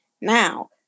now